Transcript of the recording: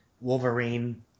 Wolverine